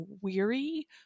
weary